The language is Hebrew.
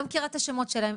לא מכירה את השמות שלהם,